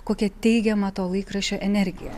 kokia teigiama to laikraščio energija